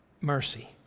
mercy